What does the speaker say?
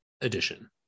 edition